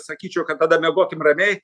sakyčiau kad tada miegokim ramiai